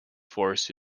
force